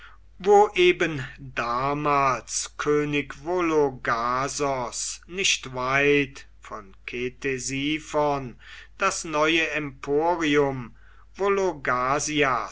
wo eben damals könig vologasos nicht weit von ktesiphon das neue emporium